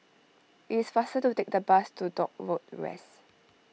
it is faster to take the bus to Dock Road West